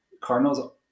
Cardinals